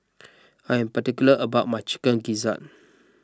I am particular about my Chicken Gizzard